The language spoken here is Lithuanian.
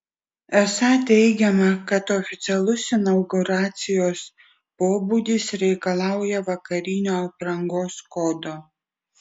esą teigiama kad oficialus inauguracijos pobūdis reikalauja vakarinio aprangos kodo